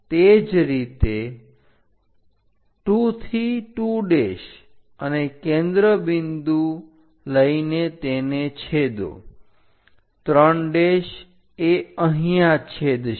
તે જ રીતે 2 થી 2 અને કેન્દ્રબિંદુ લઈને તેને છેદો 3 એ અહીંયા છેદશે